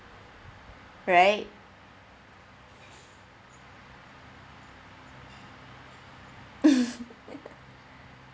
right